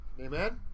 amen